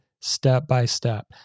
step-by-step